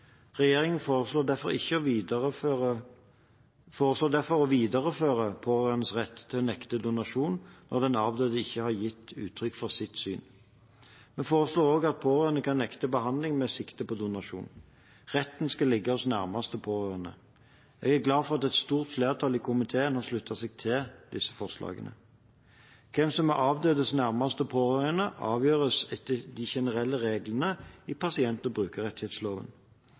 Regjeringen foreslår derfor å videreføre pårørendes rett til å nekte donasjon når den avdøde ikke har gitt uttrykk for sitt syn. Vi foreslår også at pårørende kan nekte behandling med sikte på donasjon. Retten skal ligge hos nærmeste pårørende. Jeg er glad for at et stort flertall i komiteen har sluttet seg til disse forslagene. Hvem som er avdødes nærmeste pårørende, avgjøres etter de generelle reglene i pasient- og brukerrettighetsloven.